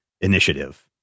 initiative